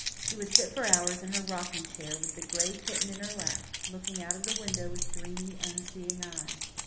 she would sit for hours in her rocking chair with the gray kitten in her lap, looking out of the window with dreamy, unseeing eyes.